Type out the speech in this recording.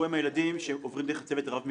הילדים שעוברים דרך הצוות הרב מקצועי.